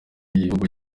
imvugo